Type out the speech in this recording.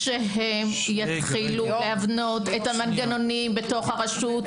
שהן יתחילו להבנות את המנגנונים בתוך הרשות.